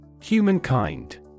Humankind